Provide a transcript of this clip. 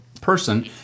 person